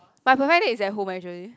my perfect date is at home actually